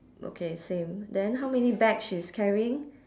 okay same then how many bag she's carrying